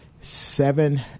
seven